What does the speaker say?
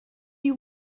you